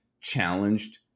challenged